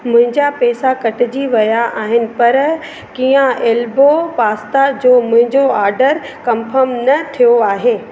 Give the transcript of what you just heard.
मुंहिंजा पैसा कटिजी विया आहिनि पर किया एल्बो पास्ता जो मुंहिंजो ऑर्डर कन्फर्म न थियो आहे